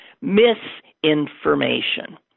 misinformation